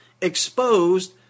exposed